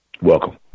Welcome